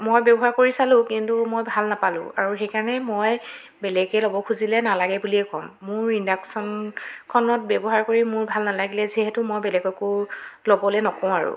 মই ব্যৱহাৰ কৰি চালো কিন্তু মই ভাল নাপালো আৰু সেইকাৰণেই মই বেলেগে ল'ব খুজিলে নালাগে বুলিয়ে ক'ম মোৰ ইণ্ডাকশ্যন খনত ব্যৱহাৰ কৰি মোৰ ভাল নালাগিলে যিহেতু মই বেলেগকো ল'বলৈ নকওঁ আৰু